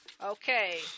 Okay